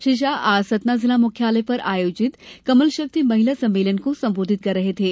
श्री शाह आज सतना जिला मुख्यालय पर आयोजित कमल शक्ति महिला सम्मेलन को संबोधित कर रहे थे